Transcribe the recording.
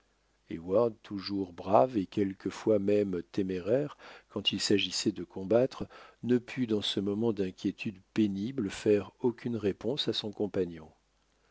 toujours brave et quelquefois même téméraire quand il s'agissait de combattre ne put dans ce moment d'inquiétude pénible faire aucune réponse à son compagnon